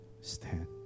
stand